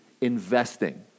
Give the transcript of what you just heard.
investing